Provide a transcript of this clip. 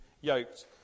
yoked